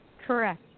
Correct